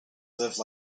live